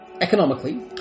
economically